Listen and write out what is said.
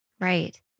Right